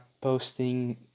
posting